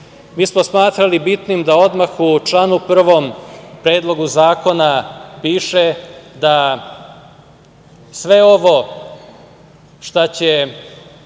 smo smatrali bitnim da odmah u članu 1. Predloga zakona piše da sve šta će